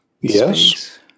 Yes